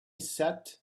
sat